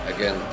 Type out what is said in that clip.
Again